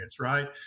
right